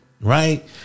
right